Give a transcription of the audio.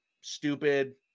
stupid